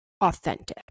authentic